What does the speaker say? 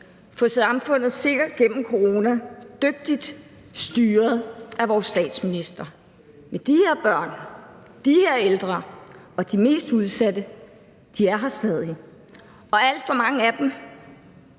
fået samfundet sikkert gennem corona, dygtigt styret af vores statsminister. Men de her børn, de her ældre og de mest udsatte er her stadig væk. Og for alt for mange af dem